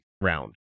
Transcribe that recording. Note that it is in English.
round